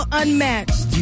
unmatched